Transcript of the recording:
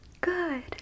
Good